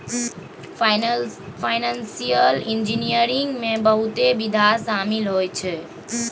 financial engineering में बहुते विधा शामिल होइ छै